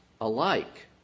alike